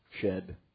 shed